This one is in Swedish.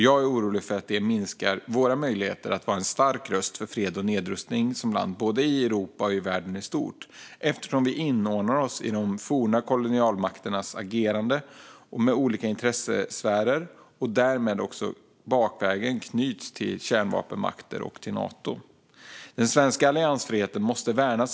Jag är orolig för att det minskar våra möjligheter att vara en stark röst för fred och nedrustning som land, både i Europa och i världen i stort, eftersom vi inordnar oss i de forna kolonialmakternas agerande och olika intressesfärer och därmed också bakvägen knyts till kärnvapenmakter och Nato. Den svenska alliansfriheten måste värnas.